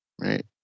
Right